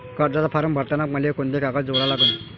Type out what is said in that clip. कर्जाचा फारम भरताना मले कोंते कागद जोडा लागन?